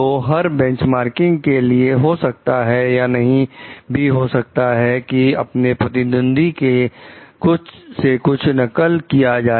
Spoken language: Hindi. तो हर बेंचमार्किंग के लिए हो सकता है या नहीं भी हो सकता है कि अपने प्रतिद्वंदी से कुछ नकल किया जाए